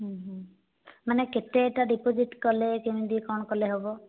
ମାନେ କେତେଟା ଡିପୋଜିଟ୍ କଲେ କେମତି କଣ କଲେ ହେବ